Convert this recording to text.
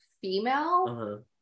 female